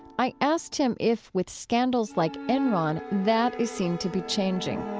i asked him if, with scandals like enron, that is seen to be changing